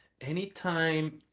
anytime